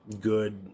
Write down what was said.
good